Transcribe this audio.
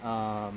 um